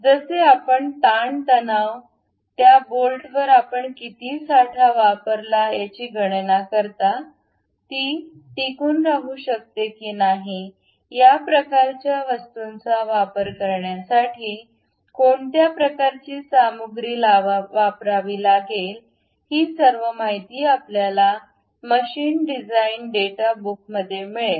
जसे आपण ताण तणाव stresses strains त्या बोल्टवर आपण किती साठा वापरला याची गणना करता ती टिकून राहू शकते की नाही या प्रकारच्या वस्तूंचा वापर करण्यासाठी कोणत्या प्रकारची सामग्री वापरावी लागेल ही सर्व माहिती आपल्याला मशीन डिझाइन डेटा बुकमध्ये मिळेल